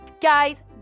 guys